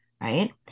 right